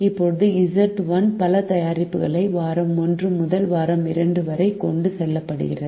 இப்போது Z1 பல தயாரிப்புகளாக வாரம் 1 முதல் வாரம் 2 வரை கொண்டு செல்லப்படுகிறது